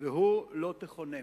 והוא "לא תחנם".